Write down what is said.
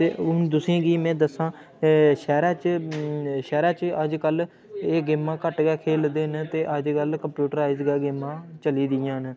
ते हून तु'सें गी में दस्सां अऽ शैह्रा च शैह्रा च अजकल एह् गेमां घट्ट गै खेलदे न ते अजकल कम्प्यूटराईज गै गेमां चली दियां न